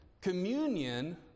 communion